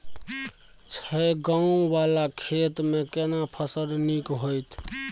छै ॉंव वाला खेत में केना फसल नीक होयत?